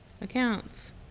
Accounts